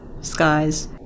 skies